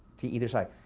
to either side.